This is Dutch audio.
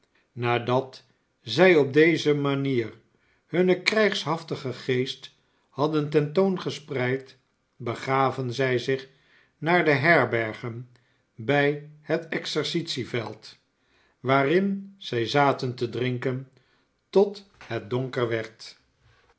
nadat zij op deze manier hun krijgsbaftigen geest hadden ten toon gespreid begaven zij zich naar de herbergen bij het exercitieveld waarin zij zaten te drinken tot het donker werd